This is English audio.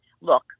look